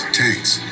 tanks